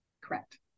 Correct